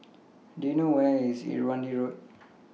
Do YOU know Where IS Irrawaddy Road